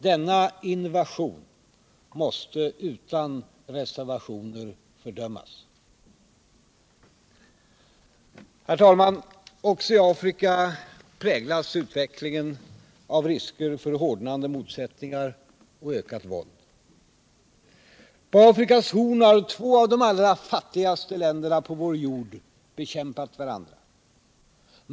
Denna invasion måste utan reservationer fördömas. Herr talman! Också i Afrika präglas utvecklingen av risker för hårdnande motsättningar och ökat våld. På Afrikas horn har två av de allra fattigaste länderna på vår jord bekämpat varandra.